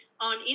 on